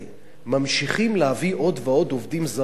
ממשיכים להביא עוד ועוד עובדים זרים על מכסות,